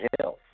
health